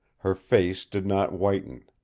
her face did not whiten.